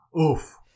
oof